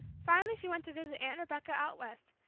finally she went to visit aunt rebecca out west,